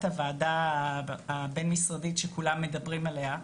הוועדה הבין-משרדית שכולם מדברים עליה,